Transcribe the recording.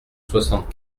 soixante